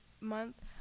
month